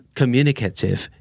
communicative